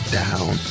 down